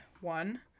One